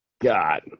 God